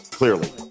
Clearly